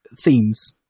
themes